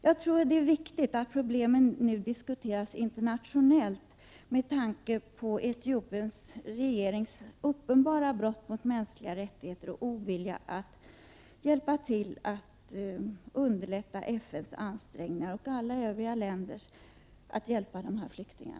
Det är viktigt att problemen diskuteras internationellt, med tanke på den etiopiska regeringens uppenbara brott mot mänskliga rättigheter och ovilja att underlätta FN:s och alla Övriga länders ansträngningar för att hjälpa dessa flyktingar.